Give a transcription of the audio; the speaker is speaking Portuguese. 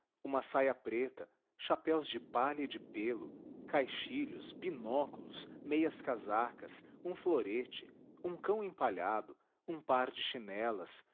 uma saia preta chapéus de palha e de pêlo caixilhos binóculos meias casacas um florete um cão empalhado um par de chinelas